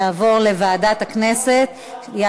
יעבור לוועדת הכנסת.